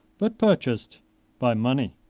but purchased by money.